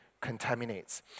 contaminates